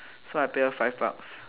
so I pay her five bucks